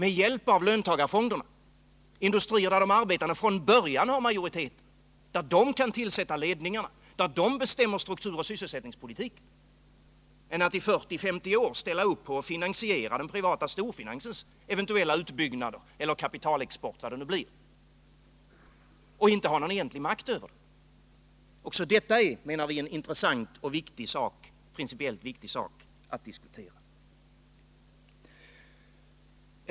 ett nät av samhällsägda industrier, där de arbetande från början har majoritet, där de kan tillsätta ledningarna, där de bestämmer strukturoch sysselsättningspolitik, än att i 40-50 år ställa upp på och finansiera den privata storfinansens eventuella utbyggnader, kapitalexport eller vad det nu kan bli fråga om. Också detta är enligt vår uppfattning en intressant och principiellt viktig fråga att diskutera.